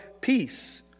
peace